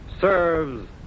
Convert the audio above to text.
serves